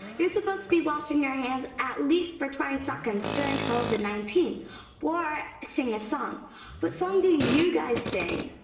you're supposed to be washing your hands at least for twenty seconds during covid nineteen or sing a song what song do you guys sing